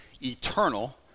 eternal